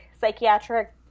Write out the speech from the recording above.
psychiatric